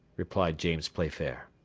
replied james playfair.